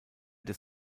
des